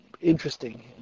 interesting